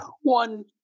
one